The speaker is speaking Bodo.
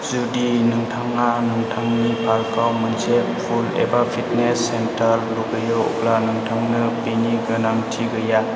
जुदि नोंथाङा नोंथांनि पार्कआव मोनसे पुल एबा फिटनेस सेन्टर लुगैयो अब्ला नोंथांनो बेनि गोनांथि गैया